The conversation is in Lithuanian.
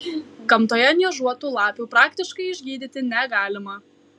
gamtoje niežuotų lapių praktiškai išgydyti negalima